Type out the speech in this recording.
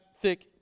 thick